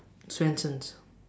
Swensens